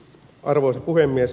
arvoisa puhemies